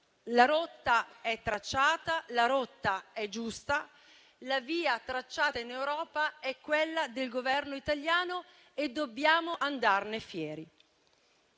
La rotta è tracciata ed è giusta; la via tracciata in Europa è quella del Governo italiano e dobbiamo andarne fieri,